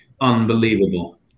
unbelievable